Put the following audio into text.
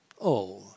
Oh